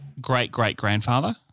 Great-great-grandfather